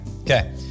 Okay